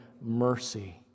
Mercy